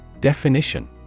Definition